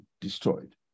destroyed